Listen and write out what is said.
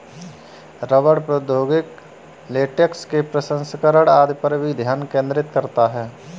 रबड़ प्रौद्योगिकी लेटेक्स के प्रसंस्करण आदि पर भी ध्यान केंद्रित करता है